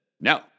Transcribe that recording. No